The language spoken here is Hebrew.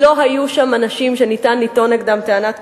לא היו שם אנשים שניתן לטעון לגביהם טענת כיבוש.